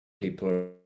people